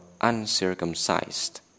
uncircumcised